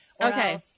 Okay